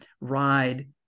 ride